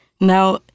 Now